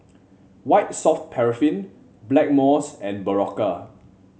White Soft Paraffin Blackmores and Berocca